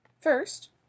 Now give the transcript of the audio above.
First